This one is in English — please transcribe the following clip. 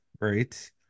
right